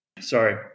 sorry